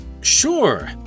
Sure